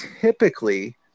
typically